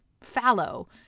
fallow